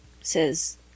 says